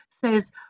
says